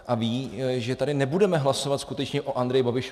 A ví, že tady nebudeme hlasovat skutečně o Andreji Babišovi.